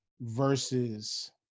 versus